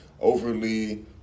overly